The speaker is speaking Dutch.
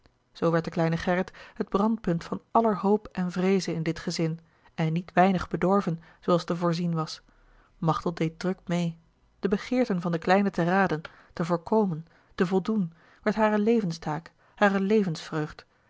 zoo werd de kleine gerrit het brandpunt van aller hoop en vreeze in dit gezin en niet weinig bedorven zooals te voorzien was machteld deed druk meê de begeerten van den kleine te raden te voorkomen te voldoen werd hare levenstaak hare levensvreugd